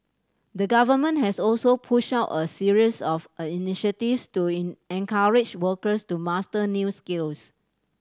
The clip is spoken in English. the Government has also pushed out a series of a initiatives to in encourage workers to master new skills